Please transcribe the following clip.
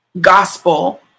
gospel